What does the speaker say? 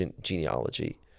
genealogy